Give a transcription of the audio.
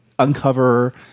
Uncover